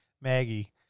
Maggie